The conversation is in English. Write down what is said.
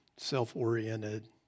Self-oriented